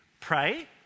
pray